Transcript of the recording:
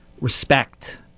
respect